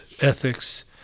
ethics